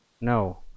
no